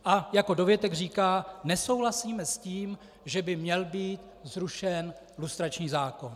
A jako dovětek říká: nesouhlasíme s tím, že by měl být zrušen lustrační zákon.